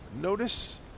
notice